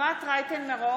אפרת רייטן מרום,